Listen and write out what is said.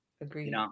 Agreed